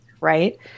right